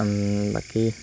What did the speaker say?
আমি বাকী